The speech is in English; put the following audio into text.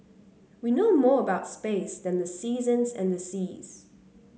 we know more about space than the seasons and the seas